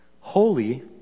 Holy